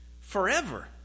Forever